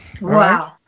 Wow